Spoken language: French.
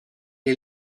est